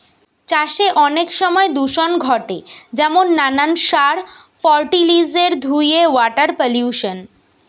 চাষে অনেক সময় দূষণ ঘটে যেমন নানান সার, ফার্টিলিসের ধুয়ে ওয়াটার পলিউশন